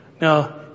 Now